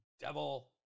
devil